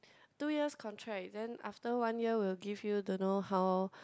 two years contract then after one year will give you don't know how